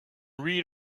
read